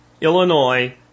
Illinois